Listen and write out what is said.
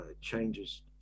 changes